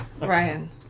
Ryan